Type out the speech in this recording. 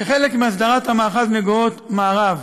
כחלק מהסדרת המאחז נגוהות מערב,